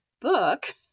book